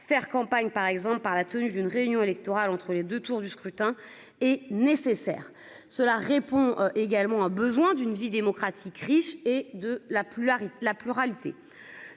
faire campagne par exemple par la tenue d'une réunion électorale entre les 2 tours du scrutin est nécessaire. Cela répond également a besoin d'une vie démocratique riche et de la pluie,